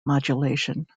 modulation